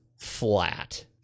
flat